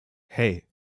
hey